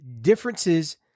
differences